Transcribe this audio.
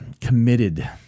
committed